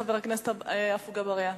חבר הכנסת עפו אגבאריה,